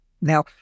Now